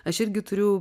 aš irgi turiu